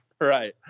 Right